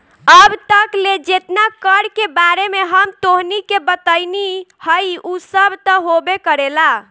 अब तक ले जेतना कर के बारे में हम तोहनी के बतइनी हइ उ सब त होबे करेला